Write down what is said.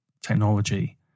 technology